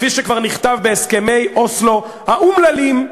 כפי שכבר נכתב בהסכמי אוסלו האומללים,